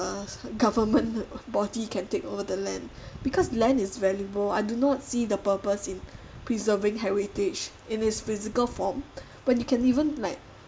government body can take over the land because land is valuable I do not see the purpose in preserving heritage in its physical form when you can even like